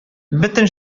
бөтен